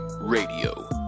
Radio